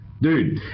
Dude